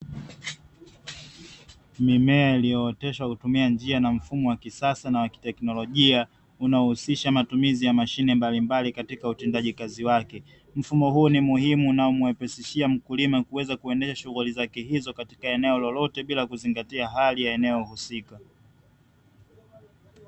Mimea iliyooteshwa kwa kutumia mfumo wa kisasa na feknolojia unaohusisha utendaji kazi wake mfumo huu ni muhimu unamwepesishia mkulima katika eneo husika